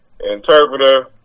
interpreter